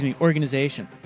organization